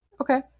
Okay